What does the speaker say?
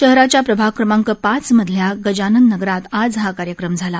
शहराच्या प्रभाग क्रमांक पाच मधल्या गजानन नगरात आज हा कार्यक्रम झाला